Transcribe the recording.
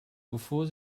bevor